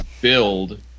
build